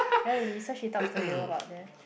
really so she talks to you about there